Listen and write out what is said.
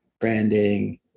branding